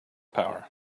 power